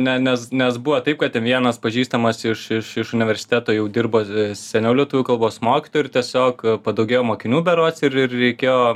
ne nes nes buvo taip kad vienas pažįstamas iš iš iš universiteto jau dirbo seniau lietuvių kalbos mokytoju ir tiesiog padaugėjo mokinių berods ir ir reikėjo